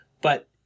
But-